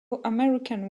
american